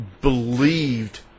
believed